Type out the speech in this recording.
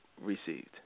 received